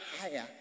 higher